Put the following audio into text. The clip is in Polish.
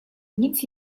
nic